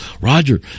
Roger